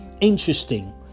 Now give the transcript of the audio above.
interesting